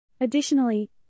Additionally